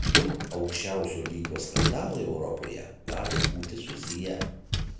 du aukščiausio lygio skandalai europoje gali būti susiję